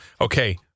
okay